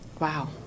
Wow